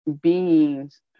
beings